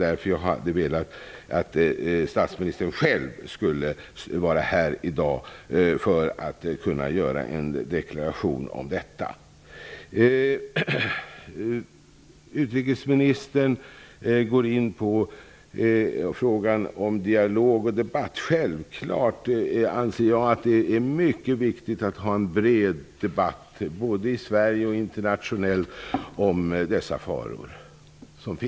Vilka politiska initiativ och åtgärder anser statsministern är påkallade för att bekämpa nyfascism och högerextremism i Europa?